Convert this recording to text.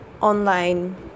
online